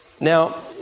Now